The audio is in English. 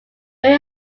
very